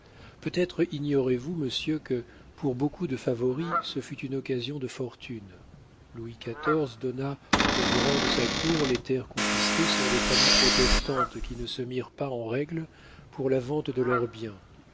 peut-être ignorez-vous monsieur que pour beaucoup de favoris ce fut une occasion de fortune louis xiv donna aux grands de sa cour les terres confisquées sur les familles protestantes qui ne se mirent pas en règle pour la vente de leurs biens